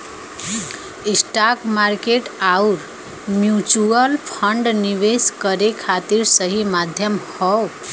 stock market आउर mutual fund निवेश करे खातिर सही माध्यम हौ